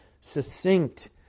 succinct